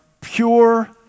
pure